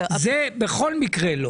זה בכל מקרה לא,